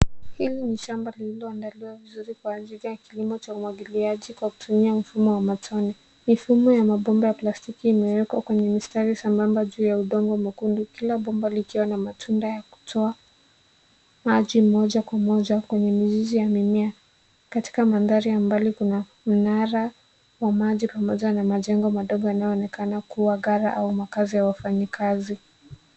Hili ni shamba lililoandaliwa vizuri kwa ajili cha umwagiliaji kwa kutumia mfumo ya matone. Mifumo ya mabomba ya plastiki imewekwa kwenye mistari sambamba juu ya udongo mwekundu kila bomba likiwa na matunda ya kutoa maji moja kwa moja kwenye mizizi ya mimea. Katika mandhari ya mbali kuna mnara wa maji pamoja na majengo madogo inayoonekana kuwa gala au makazi ya wafanyikazi.